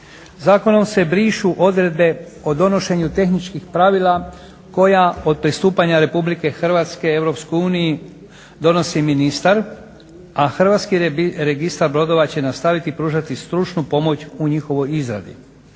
Zakonom se brišu odredbe o donošenju tehničkih pravila koja od pristupanja RH EU donosi ministar, a HRB će nastaviti pružati stručnu pomoć u njihovoj izradi.